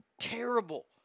terrible